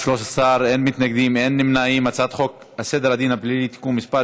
חוק סדר הדין הפלילי (תיקון מס'